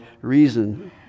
reason